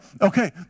okay